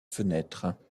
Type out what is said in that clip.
fenêtres